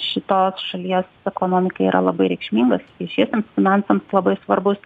šitos šalies ekonomikai yra labai reikšmingas viešiesiems finansams labai svarbus